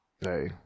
Hey